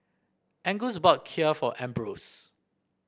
Angus bought Kheer for Ambrose